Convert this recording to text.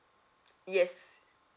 yes